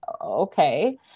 okay